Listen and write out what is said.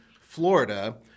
Florida